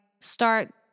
start